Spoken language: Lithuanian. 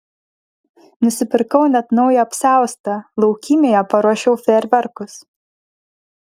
nusipirkau net naują apsiaustą laukymėje paruošiau fejerverkus